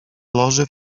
loży